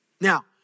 Now